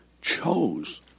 chose